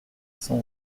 cent